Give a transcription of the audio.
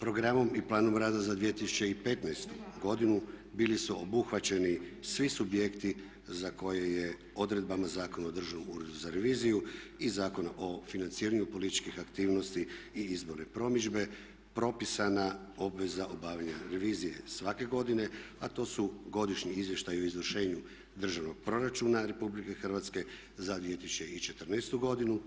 Programom i planom rada za 2015. godinu bili su obuhvaćeni svi subjekti za koje je odredbama Zakona o Državnom uredu za reviziju i Zakona o financiranju političkih aktivnosti i izborne promidžbe propisana obveza obavljanja revizije svake godine, a to su Godišnji izvještaj o izvršenju Državnog proračuna Republike Hrvatske za 2014. godinu,